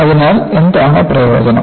അതിനാൽ എന്താണ് പ്രയോജനം